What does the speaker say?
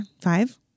Five